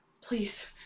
Please